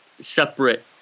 separate